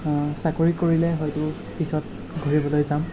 চাকৰি কৰিলে হয়তো পিছত ঘূৰিবলৈ যাম